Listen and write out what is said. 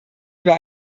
über